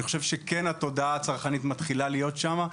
התודעה הצרכנית כן מתחילה להיות שם.